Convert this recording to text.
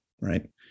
Right